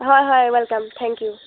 হয় হয় welcome thank U